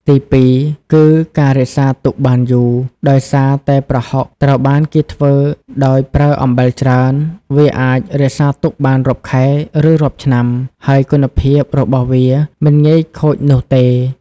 ទីពីរ គឺ ការរក្សាទុកបានយូរ ដោយសារតែប្រហុកត្រូវបានគេធ្វើដោយប្រើអំបិលច្រើន វាអាចរក្សាទុកបានរាប់ខែ ឬរាប់ឆ្នាំ ហើយគុណភាពរបស់វាមិនងាយខូចនោះទេ។។